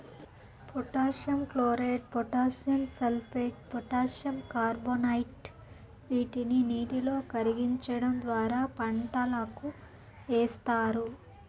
potassium chloride, potassium sulphate, potassium carbonate వీటిని నీటిలో కరిగించడం ద్వారా పంటలకు ఏస్తారు